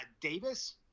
Davis